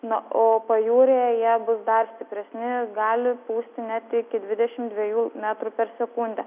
na o pajūryje jie bus dar stipresni gali pūsti net iki dvidešim dviejų metrų per sekundę